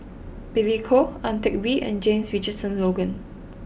Billy Koh Ang Teck Bee and James Richardson Logan